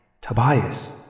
Tobias